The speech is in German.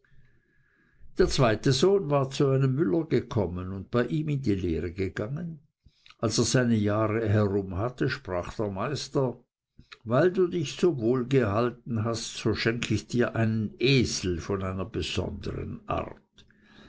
der zweite sohn war zu einem müller gekommen und bei ihm in die lehre gegangen als er seine jahre herum hatte sprach der meister weil du dich so wohl gehalten hast so schenke ich dir einen esel von einer besondern art